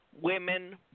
women